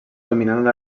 dominant